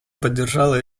поддержала